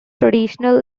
traditional